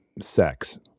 sex